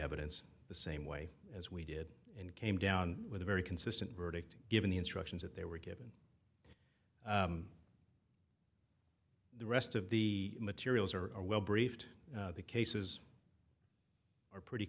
evidence the same way as we did and came down with a very consistent verdict given the instructions that they were given the rest of the materials are are well briefed the cases are pretty